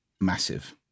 massive